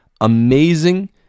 amazing